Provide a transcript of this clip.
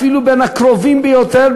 ואפילו בין הקרובים ביותר,